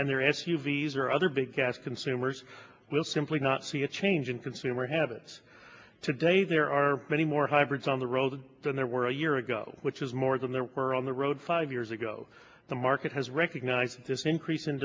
and their s u v s or other big gas consumers will simply not see a change in consumer habits today there are many more hybrids on the road than there were a year ago which is more than there were on the road five years ago the market has recognized this increase in